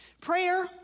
Prayer